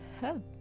help